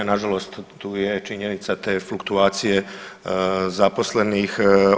Na žalost tu je činjenica te fluktuacije zaposlenih.